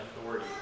authority